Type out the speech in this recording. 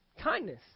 kindness